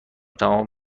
تمام